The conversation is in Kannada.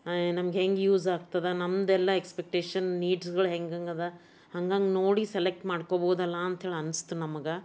ನಮ್ಗೆ ಹೆಂಗೆ ಯೂಸ್ ಆಗ್ತದೆ ನಮ್ಮದೆಲ್ಲ ಎಕ್ಸ್ಪೆಕ್ಟೇಷನ್ ನೀಡ್ಸ್ಗಳು ಹೆಂಗೆಂಗೆ ಅದ ಹಂಗಂಗೆ ನೋಡಿ ಸೆಲೆಕ್ಟ್ ಮಾಡ್ಕೊಳ್ಬಹುದಲ್ಲ ಅಂಥೇಳಿ ಅನ್ನಿಸ್ತು ನಮಗೆ